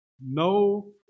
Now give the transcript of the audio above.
No